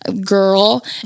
girl